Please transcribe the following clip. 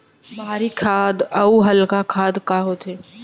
भारी खाद अऊ हल्का खाद का होथे?